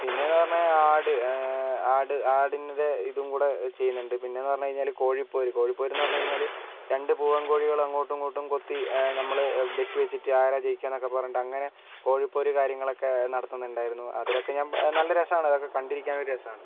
പിന്നെ എന്ന് പറഞ്ഞാൽ ആട് ആട് ആടിന്റെ ഇതും കൂടെ ചെയ്യുന്നുണ്ട് പിന്നെ എന്ന് പറഞ്ഞുകഴിഞ്ഞാൽ കോഴിപ്പോര് കോഴിപ്പോരെന്ന് പറഞ്ഞുകഴിഞ്ഞാൽ രണ്ട് പൂവൻ കോഴികൾ അങ്ങോട്ടും ഇങ്ങോട്ടും കൊത്തി നമ്മൾ ബെറ്റ് വെച്ചിട്ട് ആരാണ് ജയിക്കുക എന്നൊക്കെ പറഞ്ഞിട്ട് അങ്ങനെ കോഴിപ്പോര് കാര്യങ്ങളൊക്കെ നടത്തുന്നുണ്ടായിരുന്നു അതിലൊക്കെ ഞാൻ നല്ല രസമാണ് അതൊക്കെ കണ്ടിരിക്കാനൊരു രസമാണ്